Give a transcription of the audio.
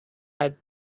had